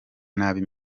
nabi